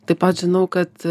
taip pat žinau kad